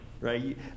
right